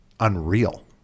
Unreal